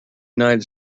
united